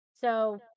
So-